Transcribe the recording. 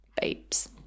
Babes